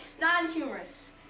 non-humorous